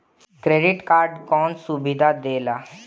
Credit card कौन सुबिधा देला?